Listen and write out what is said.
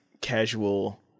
casual